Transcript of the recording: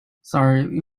sorry